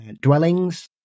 dwellings